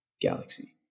galaxy